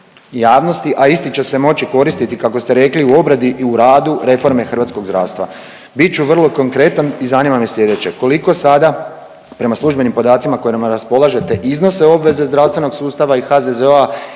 a isti će se moći koristiti kako ste rekli u obradi i u radu reforme hrvatskog zdravstva. Bit ću vrlo konkretan i zanima me sljedeće. Koliko sada prema službenim podacima kojima raspolažete iznose obveze zdravstvenog sustava i HZZO-a